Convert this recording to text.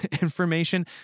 information